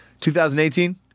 2018